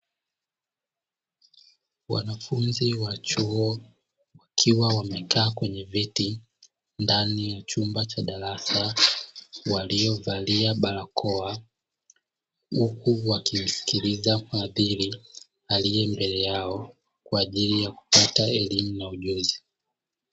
Wanafunzi wa chuo wakiwa wamekaa kwenye viti ndani ya chumba cha darasa waliovalia barakoa, huku wakiwa wanamsikiliza mhadhiri aliye mbele yao kwa ajili ya kupata elimu na ujuzi.